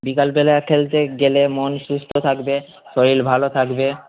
বিকালবেলা খেলতে গেলে মন সুস্থ থাকবে শরীর ভালো থাকবে